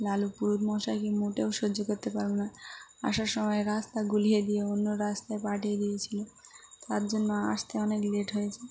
লালু পুরুতমশাই কে মোটেও সহ্য করতে পারে না আসার সময় রাস্তা গুলিয়ে দিয়ে অন্য রাস্তায় পাঠিয়ে দিয়েছিলো তার জন্য আসতে অনেক লেট হয়েছে